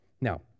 Now